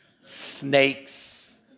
snakes